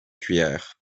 cuillère